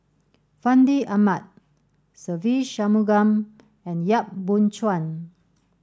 Fandi Ahmad Se Ve Shanmugam and Yap Boon Chuan